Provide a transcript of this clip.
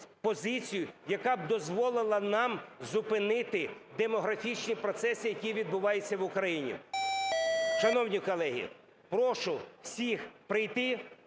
позицію, яка б дозволила нам зупинити демографічні процеси, які відбуваються в Україні. Шановні колеги! Прошу всіх прийти,